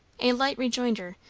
a light rejoinder,